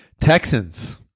Texans